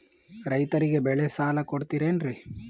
ರೈತರಿಗೆ ಬೆಳೆ ಸಾಲ ಕೊಡ್ತಿರೇನ್ರಿ?